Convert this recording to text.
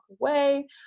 away